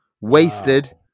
wasted